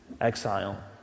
exile